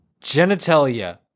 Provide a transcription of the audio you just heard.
Genitalia